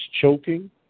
choking